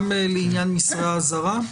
גם לעניין מסרי אזהרה.